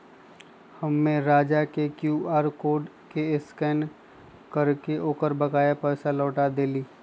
हम्मे राजा के Q R code के स्कैन करके ओकर बकाया पैसा लौटा देली